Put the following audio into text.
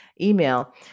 email